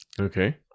Okay